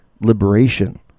liberation